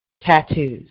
Tattoos